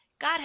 God